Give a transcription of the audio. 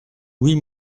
huit